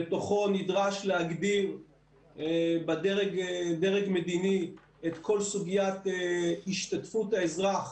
בתוכו נדרש להגדיר בדרג מדיני את כל סוגיית השתתפות האזרח,